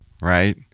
right